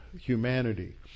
humanity